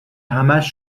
همش